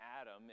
adam